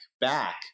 back